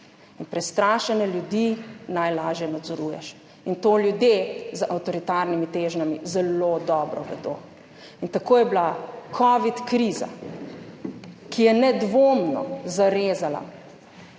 in prestrašene ljudi najlažje nadzoruješ in to ljudje z avtoritarnimi težnjami zelo dobro vedo. Tako je bila covid kriza, ki je nedvomno zarezala,